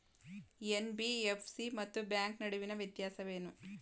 NBFC ಮತ್ತು bank ನಡುವಿನ ವ್ಯತ್ಯಾಸವೇನು?